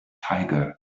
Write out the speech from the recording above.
tiger